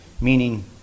Meaning